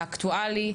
האקטואלי,